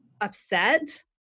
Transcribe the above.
upset